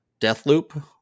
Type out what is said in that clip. Deathloop